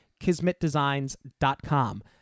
kismetdesigns.com